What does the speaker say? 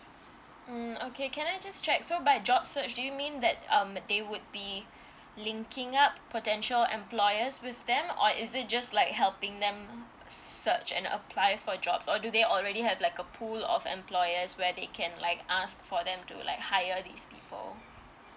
mm okay can I just check so by job search do you mean that um they would be linking up potential employers with them or is it just like helping them search and apply for jobs or do they already have like a pool of employers where they can like ask for them to like hire these people